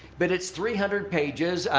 but it's three hundred pages.